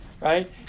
right